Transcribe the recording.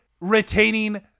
retaining